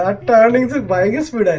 um to buy gifts for